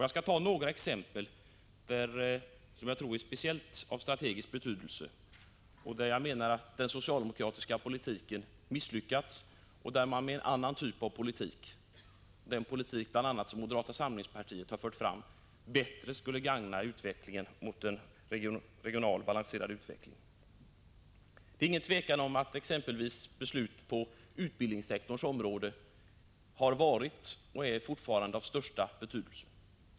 Jag skall ta några exempel, som jag tror är av speciell strategisk betydelse, där jag menar att den socialdemokratiska politiken misslyckats och där en annan typ av politik, t.ex. den som moderata samlingspartiet har fört fram, bättre skulle gagna en regionalt balanserad utveckling. Det är inget tvivel om att beslut inom utbildningssektorns område har varit och fortfarande är av största betydelse.